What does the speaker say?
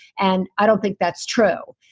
and i don't think that's true,